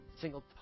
single